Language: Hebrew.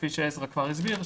כפי שעזרה הסביר,